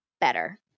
better